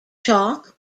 chalk